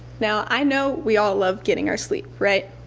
now i know we all love getting our sleep, right?